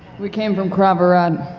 we came from kravaraad.